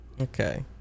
Okay